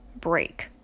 break